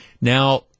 now